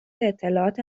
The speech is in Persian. اطلاعات